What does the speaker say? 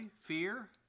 fear